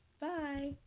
Bye